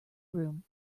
room